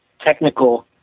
technical